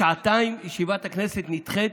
בשעתיים ישיבת הכנסת נדחית,